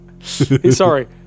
Sorry